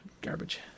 garbage